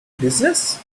business